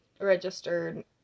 registered